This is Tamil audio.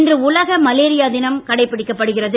இன்று உலக மலேரியா தினம் கடைபிடிக்கப்படுகிறது